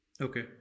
Okay